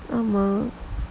ஆமா:aamaa